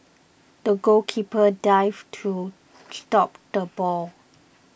the goalkeeper dived to stop the ball